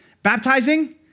baptizing